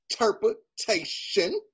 Interpretation